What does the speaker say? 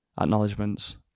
acknowledgements